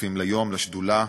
השותפים ליום, לשדולה.